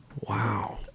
Wow